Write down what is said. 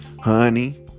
Honey